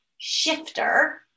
Shifter